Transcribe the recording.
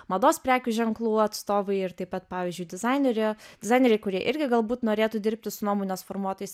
mados prekių ženklų atstovai ir taip pat pavyzdžiui dizainerė dizaineriai kurie irgi galbūt norėtų dirbti su nuomonės formuotojais